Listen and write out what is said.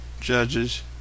judges